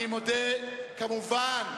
אני מודה, כמובן,